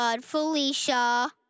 Felicia